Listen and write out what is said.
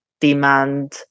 demand